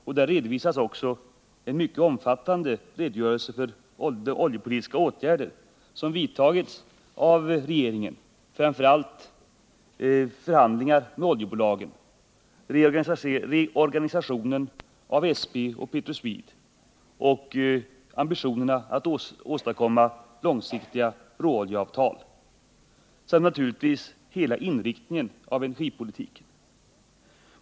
Vi har också lämnat en mycket omfattande redogörelse för de oljepolitiska åtgärder som vidtagits av regeringen, framför allt beträffande förhandlingar med oljebolagen, reorganisation av Svenska Petroleum och Petroswede och ambitionerna att åstadkomma långsiktiga råoljeavtal samt naturligtvis hela inriktningen av energipolitiken.